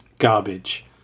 garbage